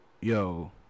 yo